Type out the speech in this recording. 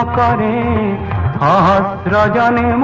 da da ah da da da da um